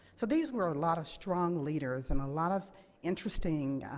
so these were a lot of strong leaders, and a lot of interesting,